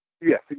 Yes